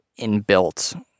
inbuilt